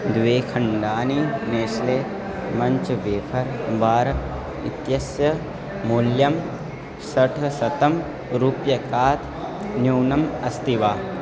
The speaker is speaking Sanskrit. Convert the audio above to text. द्वे खण्डानि नेस्ले मञ्च् वेफ़र् बार् इत्यस्य मूल्यं षड्शतं रूप्यकात् न्यूनम् अस्ति वा